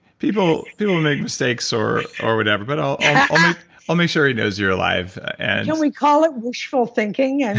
people make mistakes, or or whatever, but i'll i'll make sure he knows you're alive and can we call it wishful thinking? yeah